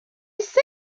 sol